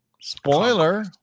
Spoiler